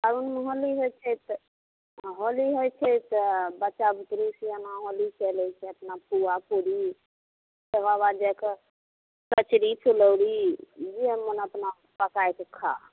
फागुनमे होली होइ छै तऽ हँ होली होइ छै तऽ बच्चा बुतरू सेयाना होली खेले छै अपना पुआ पुरी तेकरा बाद जाए कऽ कचरी फुलौड़ी जे मोन अपना पकाए के खा